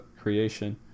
creation